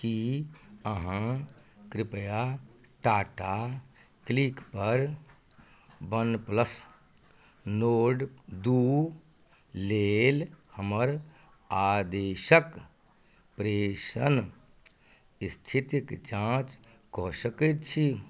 की अहाँ कृपया टाटा क्लिकपर वन प्लस नोर्ट दू लेल हमर आदेशक प्रेषण स्थितिक जाँच कऽ सकैत छी